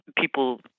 people